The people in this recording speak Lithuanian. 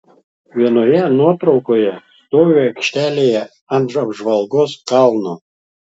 vienoje nuotraukoje stoviu aikštelėje ant apžvalgos kalno